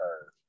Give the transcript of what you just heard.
curve